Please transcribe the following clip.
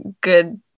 good